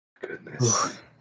Goodness